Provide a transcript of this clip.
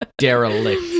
Derelict